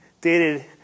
dated